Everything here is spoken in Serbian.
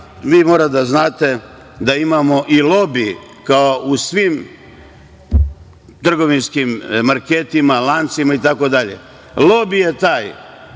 ali morate da znate da imamo i lobi kao u svim trgovinskim marketima, lancima itd. Lobi je taj